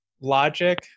logic